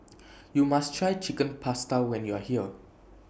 YOU must Try Chicken Pasta when YOU Are here